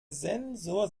sensor